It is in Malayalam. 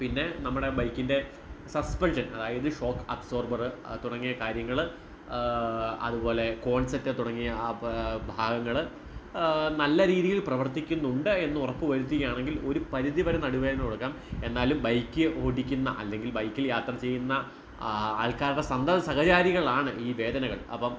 പിന്നെ നമ്മുടെ ബൈക്കിൻ്റെ സസ്പെൻഷൻ അതായത് ഷോക്ക് അബ്സോർബർ തുടങ്ങിയ കാര്യങ്ങൾ അതുപോലെ കോൺ സെറ്റ് തുടങ്ങിയ ആ ഭാഗങ്ങൾ നല്ല രീതിയിൽ പ്രവർത്തിക്കുന്നുണ്ട് എന്ന് ഉറപ്പുവരുത്തുകയാണെങ്കിൽ ഒരു പരിധി വരെ നടുവേദന കുറയ്ക്കാം എന്നാലും ബൈക്ക് ഓടിക്കുന്ന അല്ലെങ്കിൽ ബൈക്കിൽ യാത്ര ചെയ്യുന്ന ആൾക്കാരുടെ സന്തതസഹചാരികളാണ് ഈ വേദനകൾ അപ്പം